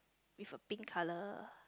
with a pink colour